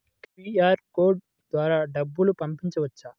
QR code ద్వారా డబ్బులు పంపవచ్చా?